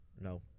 No